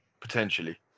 potentially